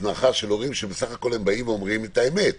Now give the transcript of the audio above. שזאת הזנחה של הורים שבסך הכול אומרים את האמת.